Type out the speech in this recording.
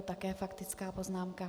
Také faktická poznámka.